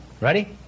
Ready